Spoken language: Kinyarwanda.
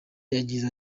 yagize